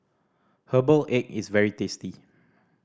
herbal egg is very tasty